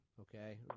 Okay